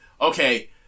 okay